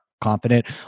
confident